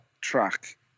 track